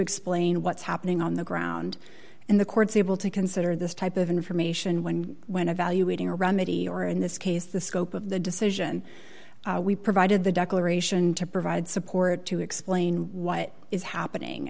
explain what's happening on the ground in the courts able to consider this type of information when when evaluating a remedy or in this case the scope of the decision we provided the declaration to provide support to explain what is happening